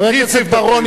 חבר הכנסת בר-און,